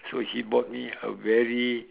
so he bought me a very